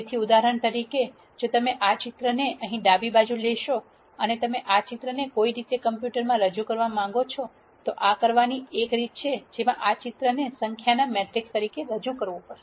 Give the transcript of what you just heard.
તેથી ઉદાહરણ તરીકે જો તમે આ ચિત્રને અહીં ડાબી બાજુ લેશો અને તમે આ ચિત્રને કોઈક રીતે કમ્પ્યુટરમાં રજૂ કરવા માંગો છો તો આ કરવાની એક રીત છે જેમાં આ ચિત્રને સંખ્યાના મેટ્રિક્સ તરીકે રજૂ કરવું પડે